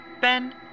Ben